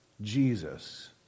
Jesus